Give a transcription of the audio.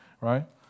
right